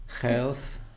Health